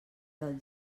del